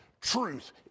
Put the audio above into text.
Truth